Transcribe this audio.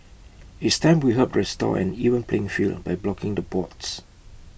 it's time we help restore an even playing field by blocking the bots